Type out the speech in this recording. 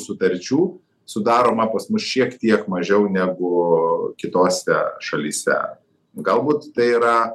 sutarčių sudaroma pas mus šiek tiek mažiau negu kitose šalyse galbūt tai yra